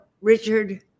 Richard